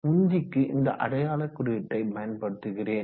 உந்திக்கு இந்த அடையாள குறியீட்டை பயன்படுத்துகிறேன்